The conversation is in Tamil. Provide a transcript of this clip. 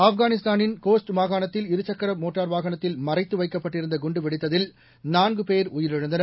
ஆப்கானிஸ்தானின் கோஸ்ட் மாகாணத்தில் இருசக்கர மோட்டார் வாகனத்தில் மறைத்து வைக்கப்பட்டிருந்த குன்டு வெடித்ததில் நான்கு பேர் உயிரிழந்தனர்